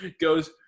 goes